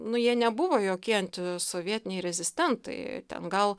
nu jie nebuvo jokie antisovietiniai rezistentai ten gal